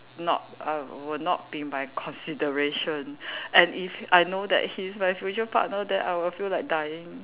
not err would not be in my consideration and if I know that he is my future partner then I will feel like dying